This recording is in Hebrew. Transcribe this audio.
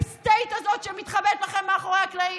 state הזאת שמתחבאת לכם מאחורי הקלעים?